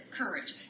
courage